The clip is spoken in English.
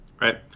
Right